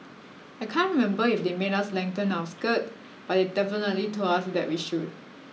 I can't remember if they made us lengthen our skirt but they definitely told us that we should